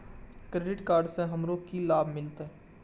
Credit card से हमरो की लाभ मिलते?